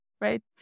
right